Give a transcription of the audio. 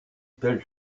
telle